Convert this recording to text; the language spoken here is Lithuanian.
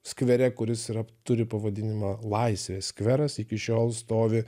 skvere kuris yra turi pavadinimą laisvės skveras iki šiol stovi